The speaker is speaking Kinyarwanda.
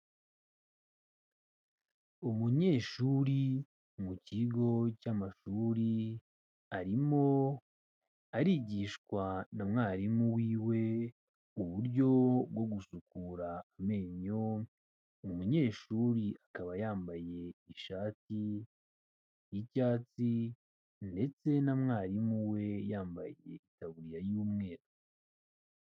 Umunyeshuri mu kigo cy'amashuri arimo arigishwa na mwarimu wiwe uburyo bwo gusukura amenyo, umunyeshuri akaba yambaye ishati y'icyatsi ndetse na mwarimu we yambaye itaburiya y'umweru.